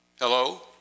Hello